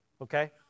Okay